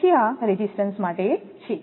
તેથી આ રેઝિસ્ટન્સ માટે છે